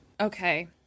Okay